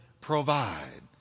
provide